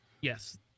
Yes